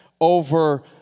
over